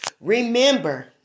Remember